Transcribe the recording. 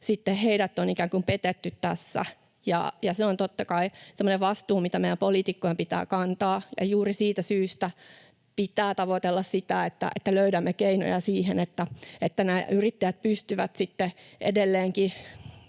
heidät on ikään kuin petetty tässä. Se on totta kai semmoinen vastuu, mikä meidän poliitikkojen pitää kantaa, ja juuri siitä syystä pitää tavoitella sitä, että löydämme keinoja siihen, että nämä yrittäjät pystyvät sitten edelleenkin